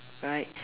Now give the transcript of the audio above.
right